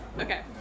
okay